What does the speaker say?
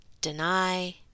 deny